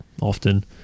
often